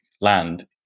land